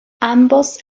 ambos